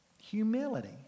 Humility